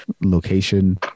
location